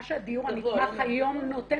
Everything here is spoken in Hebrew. מה שהדיור הנתמך היום נותן